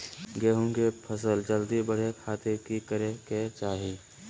गेहूं के फसल जल्दी बड़े खातिर की करे के चाही?